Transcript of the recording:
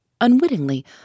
Unwittingly